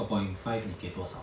upon five 你给多少